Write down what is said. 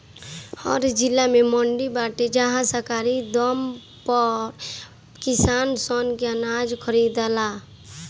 हर जिला में मंडी बाटे जहां सरकारी दाम पे किसान सन के अनाज खरीदाला